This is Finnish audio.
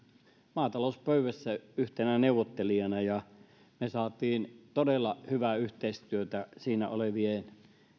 maatalouspöydässä yhtenä neuvottelijana ja me saimme todella hyvää yhteistyötä siinä olevien